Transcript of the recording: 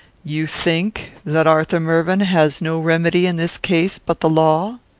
you think that arthur mervyn has no remedy in this case but the law?